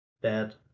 bad